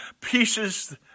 pieces